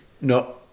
No